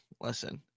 listen